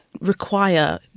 require